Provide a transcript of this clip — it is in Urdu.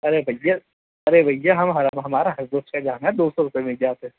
ارے بھیا ارے بھیا ہم ہمارا ہر روز کا جانا ہے دو سو روپئے میں ہی جاتے